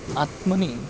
आत्मनि